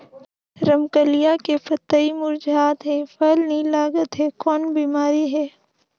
रमकलिया के पतई मुरझात हे फल नी लागत हे कौन बिमारी हे?